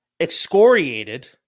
excoriated